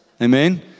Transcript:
Amen